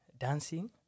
dancing